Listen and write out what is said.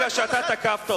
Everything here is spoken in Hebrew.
ביקרתי